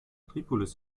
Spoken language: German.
tripolis